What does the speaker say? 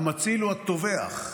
המציל הוא הטובח.